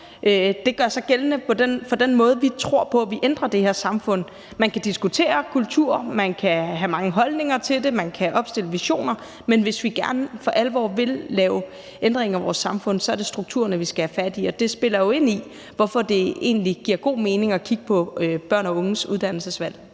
Det gør sig gældende i forhold til den måde, vi tror på at vi ændrer det her samfund. Man kan diskutere kultur, man kan have mange holdninger til det, man kan opstille visioner, men hvis vi for alvor vil lave ændringer af vores samfund, er det strukturerne, vi skal have fat i. Og det spiller jo ind i, hvorfor det egentlig giver god mening at kigge på børn og unges uddannelsesvalg.